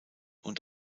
und